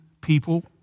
people